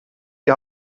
die